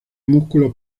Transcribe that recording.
músculos